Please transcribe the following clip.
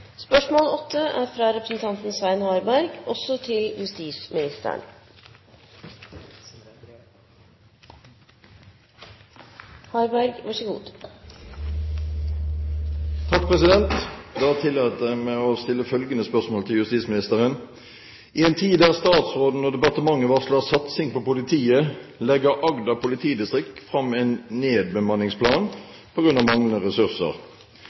Da tillater jeg meg å stille følgende spørsmål til justisministeren: «I en tid da statsråden og departementet varsler satsing på politiet, legger Agder politidistrikt frem en nedbemanningsplan på grunn av manglende ressurser.